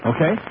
Okay